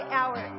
hour